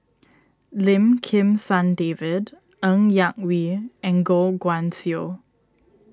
Lim Kim San David Ng Yak Whee and Goh Guan Siew